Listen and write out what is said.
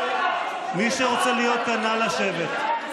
מי שרוצה להיות כאן, נא לשבת.